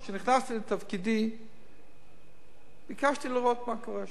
כשנכנסתי לתפקידי ביקשתי לראות מה קורה שם,